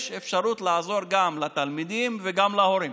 יש אפשרות לעזור גם לתלמידים וגם להורים.